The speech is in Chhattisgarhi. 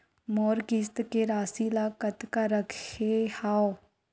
मोर किस्त के राशि ल कतका रखे हाव?